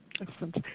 Excellent